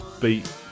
beat